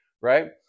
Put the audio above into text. Right